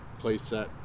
playset